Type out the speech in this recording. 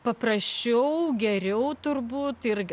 paprasčiau geriau turbūt ir